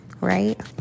right